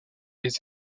les